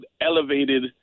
elevated